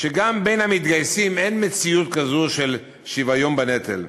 שגם בין המתגייסים אין מציאות כזאת של שוויון בנטל,